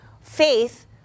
Faith